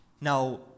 Now